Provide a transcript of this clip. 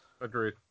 Agreed